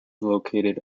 located